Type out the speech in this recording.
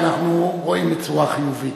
אנחנו רואים בצורה חיובית.